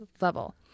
level